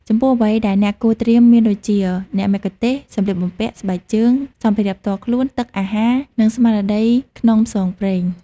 ចំពោះអ្វីដែលអ្នកគួរត្រៀមមានដូចជា អ្នកមគ្គុទ្ទេសក៍ សម្លៀកបំពាក់ ស្បែកជើង សម្ភារៈផ្ទាល់ខ្លួន ទឹក អាហារ និងស្មារតីក្នុងផ្សងព្រេង។